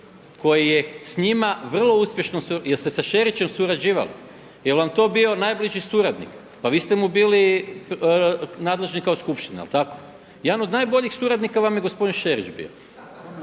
koji je s njima vrlo uspješno. Jeste sa Šerićem surađivali? Jel' vam to bio najbliži suradnik? Pa vi ste mu bili nadležni kao skupština. Jel' tako? Jedan od najboljih suradnika vam je gospodin Šerić bio.